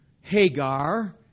Hagar